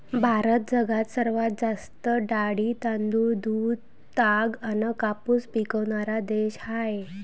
भारत जगात सर्वात जास्त डाळी, तांदूळ, दूध, ताग अन कापूस पिकवनारा देश हाय